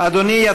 אדוני.